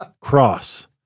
cross